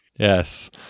Yes